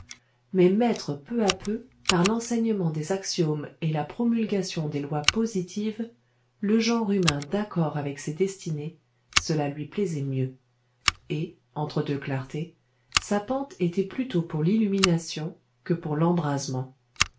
mais mettre peu à peu par l'enseignement des axiomes et la promulgation des lois positives le genre humain d'accord avec ses destinées cela lui plaisait mieux et entre deux clartés sa pente était plutôt pour l'illumination que pour l'embrasement